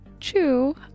True